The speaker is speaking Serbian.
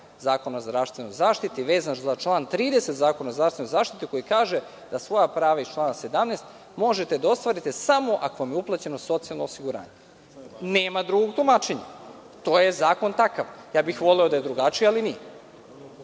Zakona o zdravstvenoj zaštiti, vezan za član 30. Zakona o zdravstvenoj zaštiti, koji kaže da svoja prava iz člana 17. možete da ostvarite samo ako vam je uplaćeno socijalno osiguranje. Nema drugog tumačenja. Zakon je takav. Voleo bih da je drugačije, ali nije.